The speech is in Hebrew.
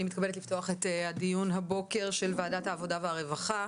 אני מתכבדת לפתוח את הדיון הבוקר של ועדת העבודה והרווחה.